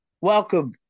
Welcome